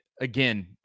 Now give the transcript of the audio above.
again